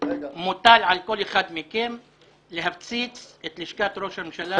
מוטל עכל כל אחד מכם להפציץ את לשכת ראש הממשלה